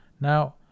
Now